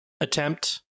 attempt